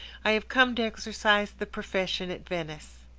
i have come to exercise the profession at venice.